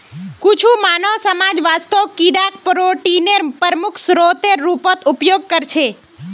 कुछु मानव समाज वास्तवत कीडाक प्रोटीनेर प्रमुख स्रोतेर रूपत उपयोग करछे